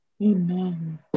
Amen